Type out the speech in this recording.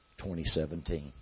2017